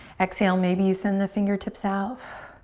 exhale, maybe you send the fingertips out.